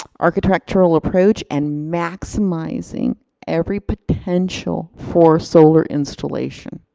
architectural approach, and maximizing every potential for solar installation.